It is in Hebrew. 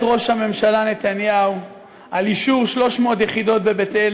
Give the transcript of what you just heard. ראש הממשלה נתניהו על אישור 300 יחידות בבית-אל.